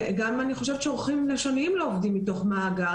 אני חושבת שגם עורכים לשוניים לא עובדים מתוך מאגר,